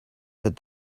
that